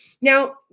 Now